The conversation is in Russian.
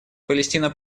палестина